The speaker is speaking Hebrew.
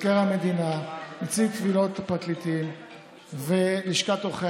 רשימת ההימנעויות וניגודי